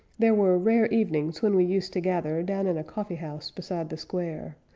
there were rare evenings when we used to gather down in a coffee-house beside the square.